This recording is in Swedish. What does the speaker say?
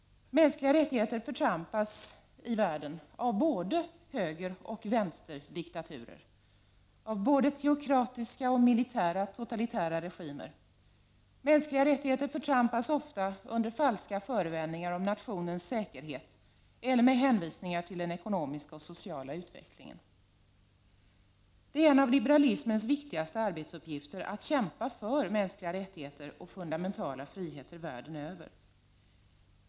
Mänskliga rättigheter förtrampas i världen av både högeroch vänsterdiktaturer, av både teokratiska och militära totalitära regimer. Mänskliga rättigheter förtrampas ofta under falska förevändningar om nationens säkerhet eller med hänvisningar till den ekonomiska och sociala utvecklingen. En av liberalismens viktigaste arbetsuppgifter är att kämpa för mänskliga rättigheter och fundamentala friheter världen över.